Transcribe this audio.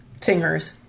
Singers